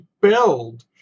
build